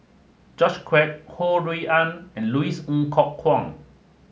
George Quek Ho Rui An and Louis Ng Kok Kwang